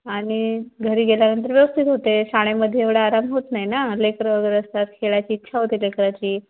आणि घरी गेल्यानंतर व्यवस्थित होते शाळेमध्ये एवढा आराम होत नाही ना लेकरं वगैरे असतात खेळाची इच्छा होते लेकराची